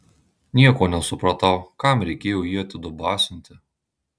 nieko nesupratau kam reikėjo jį atidubasinti